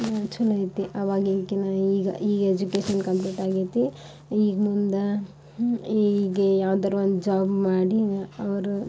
ಛಲೋ ಐತೆ ಆವಾಗಿನಕ್ಕಿನ ಈಗ ಈಗ ಎಜುಕೇಶನ್ ಕಂಪ್ಲೀಟ್ ಆಗೈತೆ ಈಗ ಮುಂದೆ ಹೀಗೇ ಯಾವ್ದರು ಒಂದು ಜಾಬ್ ಮಾಡಿ ಅವರು